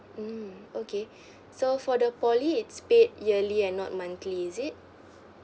mm okay so for the poly it's paid yearly and not monthly is it